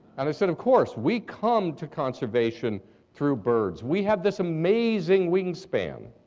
and i said, of course. we come to conservation through birds. we have this amazing wingspan.